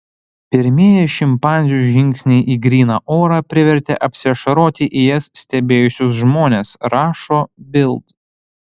pirmieji šimpanzių žingsniai į gryną orą privertė apsiašaroti jas stebėjusius žmones rašo bild